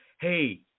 hey